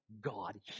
God